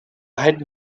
hätten